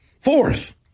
Fourth